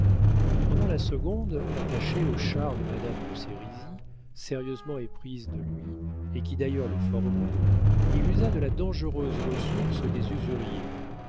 pendant la seconde attaché au char de madame de sérizy sérieusement éprise de lui et qui d'ailleurs le formait il usa de la dangereuse ressource des